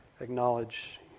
acknowledge